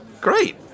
great